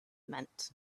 meant